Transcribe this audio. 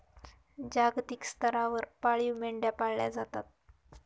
जागतिक स्तरावर पाळीव मेंढ्या पाळल्या जातात